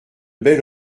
bel